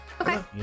Okay